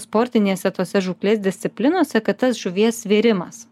sportinėse tose žūklės disciplinose kad tas žuvies svėrimas